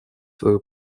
свою